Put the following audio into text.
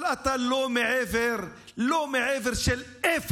אבל אתה לא מעבר, לא מעבר לאפס.